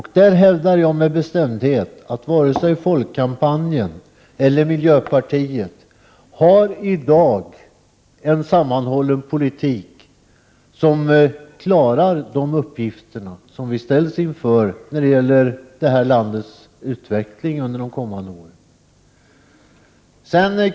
På den punkten hävdar jag med bestämdhet att varken Folkkampanjen eller miljöpartiet i dag har en sammanhållen politik som klarar de uppgifter som vi kommer att ställas inför när det gäller landets utveckling under kommande år.